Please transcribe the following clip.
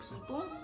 people